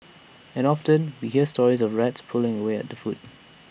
and often we hear stories of rats pulling away at the food